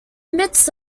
midst